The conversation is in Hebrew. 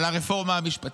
על הרפורמה המשפטית.